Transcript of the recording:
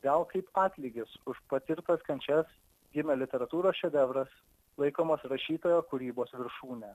gal kaip atlygis už patirtas kančias gimė literatūros šedevras laikomas rašytojo kūrybos viršūne